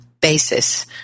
basis